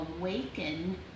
awaken